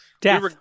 Death